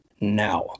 now